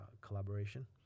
collaboration